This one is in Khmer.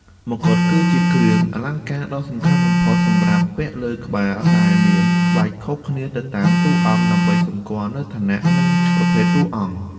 មកុដគឺជាគ្រឿងអលង្ការដ៏សំខាន់បំផុតសម្រាប់ពាក់លើក្បាល ដែលមាន ក្បាច់ខុសគ្នាទៅតាមតួអង្គ ដើម្បីសម្គាល់នូវឋានៈ និងប្រភេទតួអង្គ។